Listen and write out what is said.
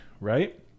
right